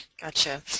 Gotcha